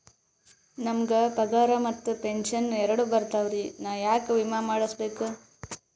ನಮ್ ಗ ಪಗಾರ ಮತ್ತ ಪೆಂಶನ್ ಎರಡೂ ಬರ್ತಾವರಿ, ನಾ ಯಾಕ ವಿಮಾ ಮಾಡಸ್ಬೇಕ?